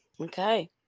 Okay